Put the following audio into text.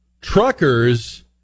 Truckers